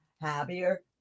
Happier